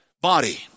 body